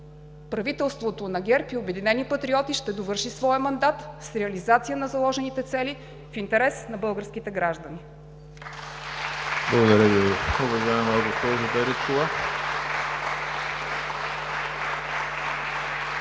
Правителството на ГЕРБ и „Обединени патриоти“ ще довърши своя мандат с реализация на заложените цели в интерес на българските граждани.